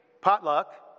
potluck